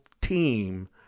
team